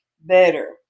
better